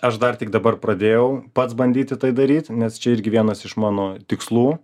aš dar tik dabar pradėjau pats bandyti tai daryt nes čia irgi vienas iš mano tikslų